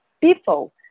people